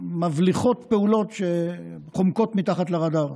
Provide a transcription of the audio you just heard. מבליחות פעולות שחומקות מתחת לרדאר.